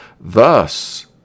Thus